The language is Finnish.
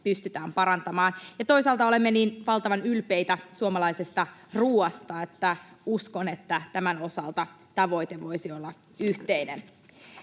pystytään parantamaan. Toisaalta olemme niin valtavan ylpeitä suomalaisesta ruoasta, että uskon, että tämän osalta tavoite voisi olla yhteinen.